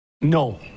No